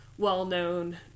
well-known